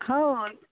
ହଉ